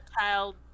child